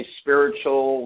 spiritual